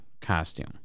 costume